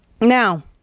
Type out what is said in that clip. Now